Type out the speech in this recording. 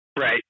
Right